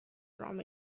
from